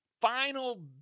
final